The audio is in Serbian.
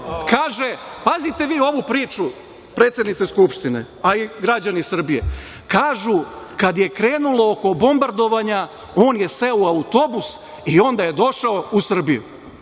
pazite vi ovu priču, predsednice Skupštine, a i građani Srbije, kada je krenulo oko bombardovanja, on je seo u autobus i onda je došao u Srbiju.